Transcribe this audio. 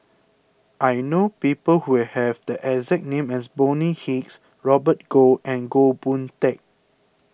I know people who have the exact name as Bonny Hicks Robert Goh and Goh Boon Teck